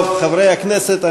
חברי הכנסת,